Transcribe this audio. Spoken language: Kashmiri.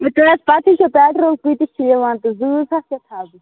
تۄہہِ حظ پَتہٕ ہٕے چھٚو پیٚٹرول کۭتِس چھِ یِوان تہٕ زۭ زٕ ہتھ کیٛاہ تھاوٕ بہٕ